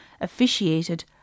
Officiated